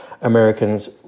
Americans